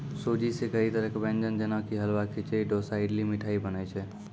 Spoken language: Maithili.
सूजी सॅ कई तरह के व्यंजन जेना कि हलवा, खिचड़ी, डोसा, इडली, मिठाई बनै छै